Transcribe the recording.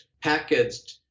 packaged